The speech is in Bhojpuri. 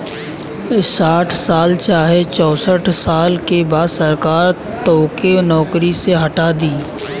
साठ साल चाहे चौसठ साल के बाद सरकार तोके नौकरी से हटा दी